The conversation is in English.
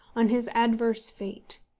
on his adverse fate.